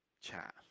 chat